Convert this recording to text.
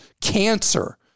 cancer